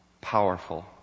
powerful